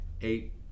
eight